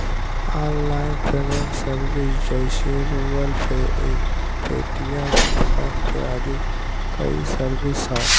online payment service जइसे Google Pay, Paytm, PhonePe आदि कई सर्विस हौ